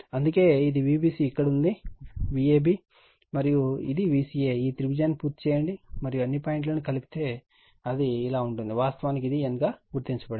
అందుకే ఇది Vbc ఇక్కడ ఉన్నది Vab మరియు ఇది Vca ఈ త్రిభుజాన్ని పూర్తి చేయండి మరియు అన్ని పాయింట్ల ను కలిపితే అది ఇలా ఉంటుంది వాస్తవానికి ఇది n గా గుర్తించబడింది